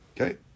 Okay